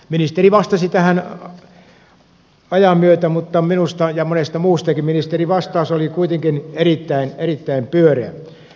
ministeri vastasi tähän ajan myötä mutta minusta ja monesta muustakin ministerin vastaus oli kuitenkin erittäin erittäin pyöreä